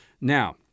Now